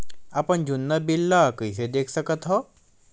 अपन जुन्ना बिल ला कइसे देख सकत हाव?